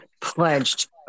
pledged